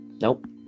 Nope